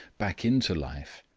back into life,